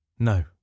No